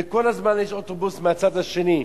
וכל הזמן יש אוטובוס מהצד השני.